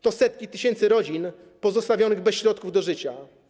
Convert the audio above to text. To setki tysięcy rodzin pozostawionych bez środków do życia.